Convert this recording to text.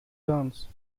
dance